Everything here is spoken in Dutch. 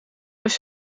huis